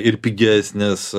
ir pigesnės